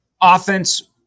offense